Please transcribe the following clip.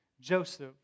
Joseph